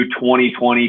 2020